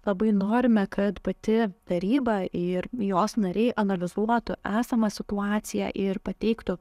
labai norime kad pati taryba ir jos nariai analizuotų esamą situaciją ir pateiktų